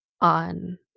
on